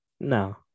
no